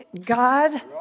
God